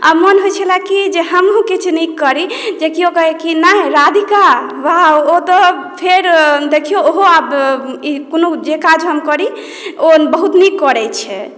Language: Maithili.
आ मोन होइत छलै कि जे हमहूँ किछु नीक करी जे कियो कहै कि नाम राधिका वाउ ओ तऽ फेर देखियौ ओहो आब ई कोनो जे काज हम करी ओ बहुत नीक करैत छै